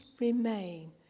remain